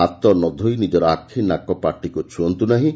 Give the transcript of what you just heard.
ହାତ ନ ଧୋଇ ନିଜର ଆଖି ନାକ ପାଟିକୁ ଛୁଅଁନ୍ତୁ ନାହିଁ